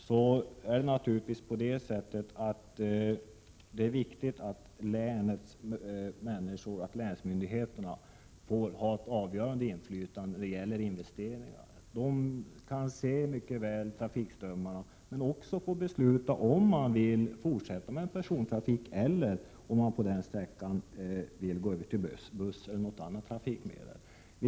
Det är naturligtvis viktigt att länsmyndigheterna får ha ett avgörande inflytande över investeringarna. De kan mycket väl se trafikströmmarna, och de kan också få besluta om de vill fortsätta med persontrafik på järnväg eller vill gå över till buss eller något annat trafikmedel.